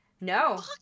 No